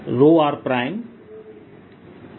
r r